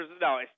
No